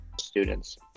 students